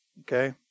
okay